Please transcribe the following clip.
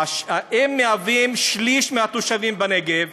הם שליש מהתושבים בנגב,